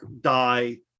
die